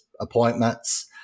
appointments